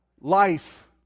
Life